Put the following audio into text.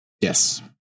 yes